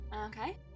Okay